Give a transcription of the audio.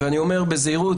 אני אומר בזהירות,